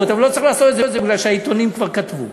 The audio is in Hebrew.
אבל הוא לא צריך לעשות את זה מפני שהעיתונים כבר כתבו.